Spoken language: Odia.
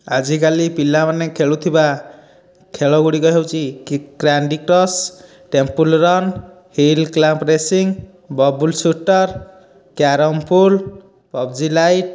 ଆଜିକାଲି ପିଲାମାନେ ଖେଳୁଥିବା ଖେଳ ଗୁଡ଼ିକ ହେଉଛି କି Candy Crush Temple Run Hill Climb Racing Bubble Shooter Carrom Pool PUBG light